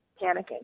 panicking